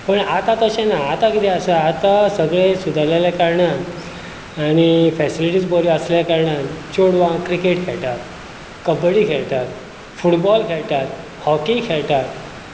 पूण आतां तशें ना आतां किदें आता सगळे सुद्रलेल्या कारणान आनी फेसिलीटीज बऱ्यो आसल्या कारणान चोडवां क्रिकेट खेळटात कब्बडी खेळटात फुटबॉल खेळटात होकी खेळटात